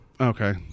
Okay